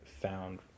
found